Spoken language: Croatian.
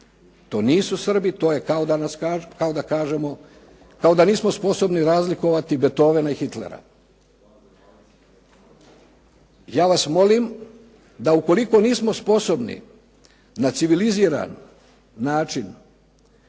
to nisu Srbi, to je kao da nismo sposobni razlikovati Beethoven a i Hitlera. Ja vas molimo da ukoliko nismo sposobni na civiliziran način